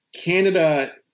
Canada